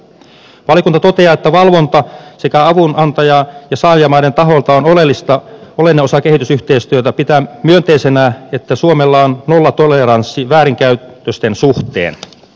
valiokunta toteaa että valvonta sekä avunantaja että avunsaajamaiden taholta on oleellinen osa kehitysyhteistyötä ja pitää myönteisenä että suomella on nollatoleranssi väärinkäytösten suhteen